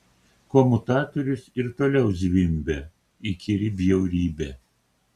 komutatorius ir toliau zvimbia įkyri bjaurybė